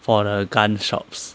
for the gun shops